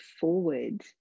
forward